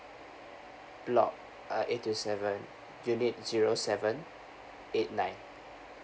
block uh A two seven unit zero seven eight nine